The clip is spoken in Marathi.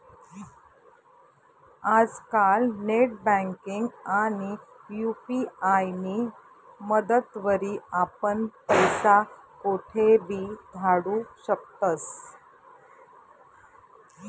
आजकाल नेटबँकिंग आणि यु.पी.आय नी मदतवरी आपण पैसा कोठेबी धाडू शकतस